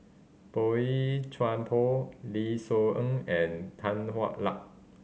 Boey Chuan Poh Lim Soo Ng and Tan Hwa Luck